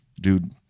dude